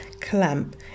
clamp